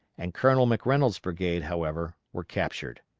and colonel mcreynolds' brigade, however, were captured.